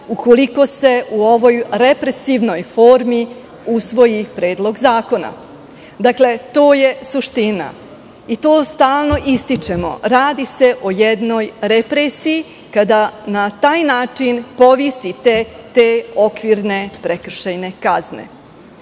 ukoliko se u ovoj represivnoj formi usvoji Predlog zakona. To je suština i to stalno ističemo. Radi se o jednoj represiji, kada na taj način povisite te okvirne prekršajne kazne. Mi